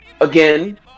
Again